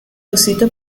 osito